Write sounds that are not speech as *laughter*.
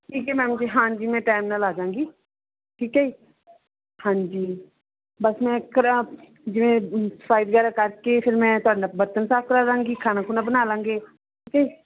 ਠੀਕ ਹੈ ਮੈਮ ਜੀ ਹਾਂਜੀ ਮੈਂ ਟਾਈਮ ਨਾਲ ਆ ਜਾਂਗੀ ਠੀਕ ਹੈ ਜੀ ਹਾਂਜੀ ਬਸ ਮੈਂ *unintelligible* ਜਿਵੇਂ ਸਫਾਈ ਵਗੈਰਾ ਕਰਕੇ ਫਿਰ ਮੈਂ ਤੁਹਾਡੇ ਨਾਲ ਬਰਤਨ ਸਾਫ ਕਰਾ ਦਾਂਗੀ ਖਾਣਾ ਖੁਣਾ ਬਣਾ ਲਾਂਗੇ ਠੀਕ ਹੈ